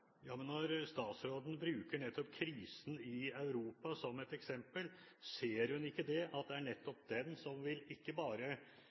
Statsråden bruker krisen i Europa som et eksempel. Men ser hun ikke at det er nettopp den som ikke bare